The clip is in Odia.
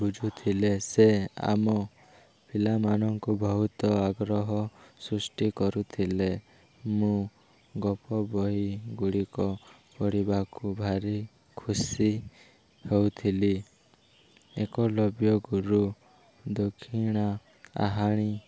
ବୁଝୁଥିଲେ ସେ ଆମ ପିଲାମାନଙ୍କୁ ବହୁତ ଆଗ୍ରହ ସୃଷ୍ଟି କରୁଥିଲେ ମୁଁ ଗପ ବହି ଗୁଡ଼ିକ ପଢ଼ିବାକୁ ଭାରି ଖୁସି ହେଉଥିଲି ଏକଲବ୍ୟ ଗୁରୁ ଦକ୍ଷିଣା କାହାଣୀ